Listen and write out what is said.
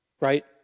Right